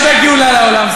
בשם אומרם מביא גאולה לעולם.